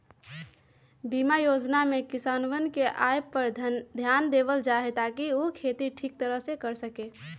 बीमा योजना में किसनवन के आय पर ध्यान देवल जाहई ताकि ऊ खेती ठीक तरह से कर सके